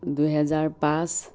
দুহেজাৰ পাঁচ